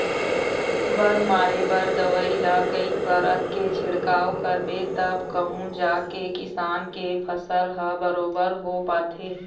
बन मारे बर दवई ल कई परत के छिड़काव करबे तब कहूँ जाके किसान के फसल ह बरोबर हो पाथे